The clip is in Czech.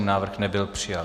Návrh nebyl přijat.